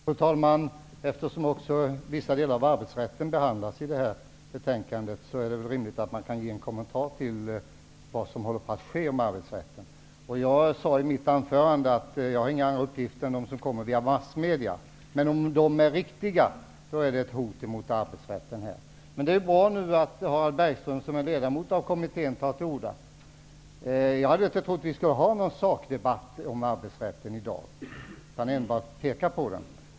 Fru talman! Eftersom också vissa delar av arbetsrätten behandlas i betänkandet, är det väl rimligt att ge en kommentar till vad som håller på att ske med arbetsrätten. Jag sade i mitt huvudanförande att jag inte har andra uppgifter än de som kommer via massmedia men att förslagen, om de uppgifterna är riktiga, innebär ett hot mot arbetsrätten. Det är bra att Harald Bergström, som är ledamot av kommittén, tar till orda, men jag hade inte trott att vi skulle ha någon sakdebatt om arbetsrätten i dag utan ville enbart peka på den.